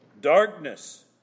darkness